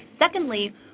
Secondly